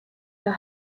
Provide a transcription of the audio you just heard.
her